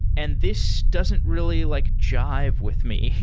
and this doesn't really like jive with me,